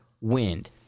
wind